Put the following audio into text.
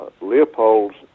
Leopold's